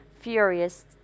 Furious